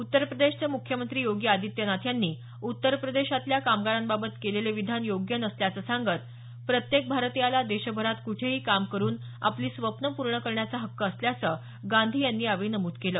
उत्तरप्रदेशचे मुख्यमंत्री योगी आदित्यनाथ यांनी उत्तरप्रदेशातल्या कामगारांबाबत केलेलं विधान योग्य नसल्याचं सांगत प्रत्येक भारतीयाला देशभरात कुठेही काम करून आपली स्वप्न पूर्ण करण्याचा हक्क असल्याचं गांधी यांनी यावेळी नमूद केलं